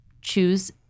choose